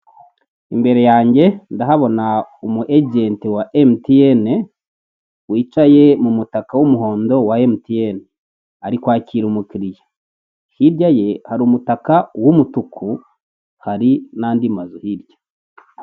Imbere yange ndahabona umu ejenti wa MTN, wicaye mu mutaka w'umuhondo wa MTN. Ari kwakira umukiriya. Hirya ye hari umutaka w'umutuku hari n'andi mazu hirya.